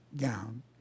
gown